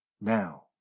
Now